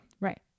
Right